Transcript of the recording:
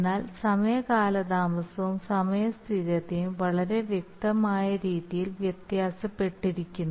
എന്നാൽ സമയ കാലതാമസവും സമയ സ്ഥിരതയും വളരെ വ്യക്തമായ രീതിയിൽ വ്യത്യാസപ്പെട്ടിരിക്കുന്നു